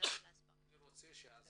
רוצה שההסברה,